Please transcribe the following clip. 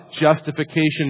justification